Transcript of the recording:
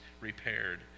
repaired